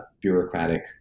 bureaucratic